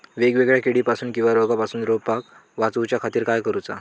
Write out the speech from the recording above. वेगवेगल्या किडीपासून किवा रोगापासून रोपाक वाचउच्या खातीर काय करूचा?